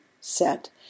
set